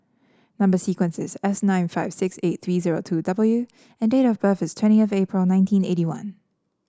number sequence is S nine five six eight three zero two W and date of birth is twenty of April nineteen eighty one